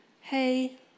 hey